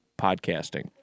podcasting